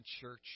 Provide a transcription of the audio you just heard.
church